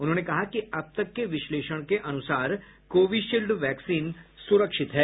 उन्होंने कहा कि अब तक के विश्लेषण के अनुसार कोविशील्ड वैक्सीन स्ररक्षित है